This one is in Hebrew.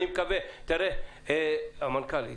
המנכ"ל,